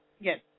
Yes